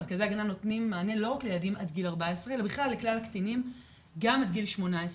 מרכזי ההגנה נותנים מענה לא רק לילדים עד גיל 14,